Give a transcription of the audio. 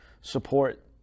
support